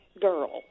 girl